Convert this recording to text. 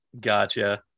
Gotcha